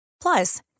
plus